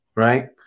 Right